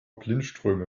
blindströme